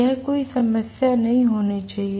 यह कोई समस्या नहीं होनी चाहिए